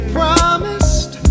promised